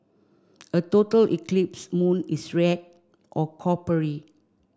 a total eclipse moon is red or coppery